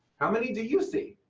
how many do you see?